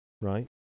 Right